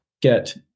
get